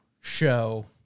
show